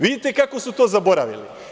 Vidite kako su to zaboravili.